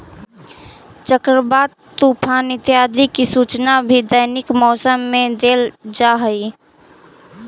चक्रवात, तूफान इत्यादि की सूचना भी दैनिक मौसम में देल जा हई